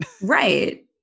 Right